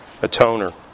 atoner